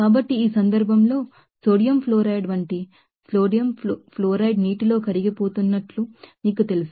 కాబట్టి ఈ సందర్భంలో సోడియం ఫ్లోరైడ్ వంటి సోడియం ఫ్లోరైడ్ నీటిలో కరిగిపోతున్నట్లు మీకు తెలుసు